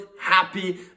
happy